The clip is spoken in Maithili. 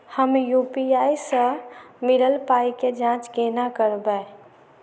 हम यु.पी.आई सअ मिलल पाई केँ जाँच केना करबै?